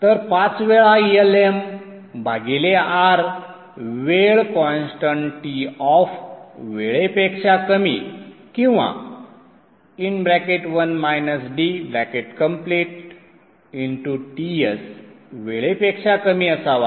तर पाच वेळा Lm भागिले R वेळ कॉन्स्टन्ट Toff वेळेपेक्षा कमी किंवा 1 - d Ts वेळेपेक्षा कमी असावा